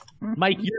Mike